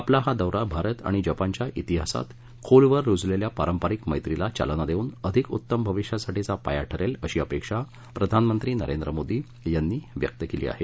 आपला हा दौरा भारत आणि जपानच्या तिहासात खोलवर रुजलेल्या पारंपारिक मैत्रीला चालना देऊन अधिक उत्तम भविष्यासाठीचा पाया ठरेल अशी अपेक्षा प्रधानमंत्री नरेंद्र मोदी यांनी व्यक्त केली आहे